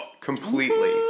completely